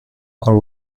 are